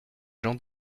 jean